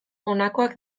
honakoak